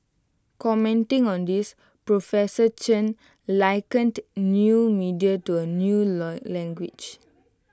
commenting on this professor Chen likened new media to A new learn language